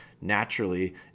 naturally